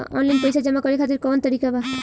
Online पइसा जमा करे खातिर कवन तरीका बा?